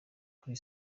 kuri